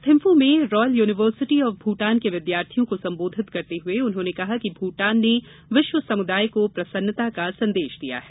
थिम्फू में Royal University of Bhutan के विद्यार्थियों को संबोधित करते हुए उन्होंने कहा कि भूटान ने विश्व समुदाय को प्रसन्नता का संदेश दिया है